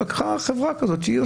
היא לקחה חברה שעושה את זה.